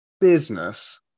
business